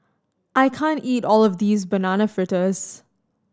I can't eat all of this Banana Fritters